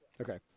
Okay